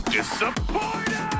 Disappointed